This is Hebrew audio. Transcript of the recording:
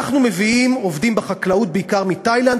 אנחנו מביאים עובדים בחקלאות בעיקר מתאילנד,